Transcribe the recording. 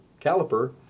caliper